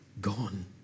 gone